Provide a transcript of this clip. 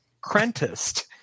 Crentist